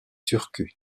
turku